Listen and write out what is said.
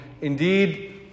Indeed